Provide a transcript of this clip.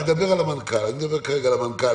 אני מדבר כרגע על המנכ"ל.